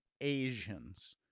Asians